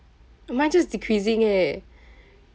mine just decreasing eh